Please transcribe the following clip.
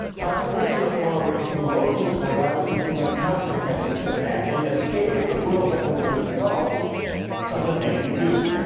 consequentialist moral reasoning locates morality in the consequences of an act. in the state of the world that will result from the thing you do